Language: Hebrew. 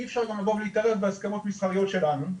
אי אפשר גם לבוא ולהתערב בהסכמות מסחריות שלנו,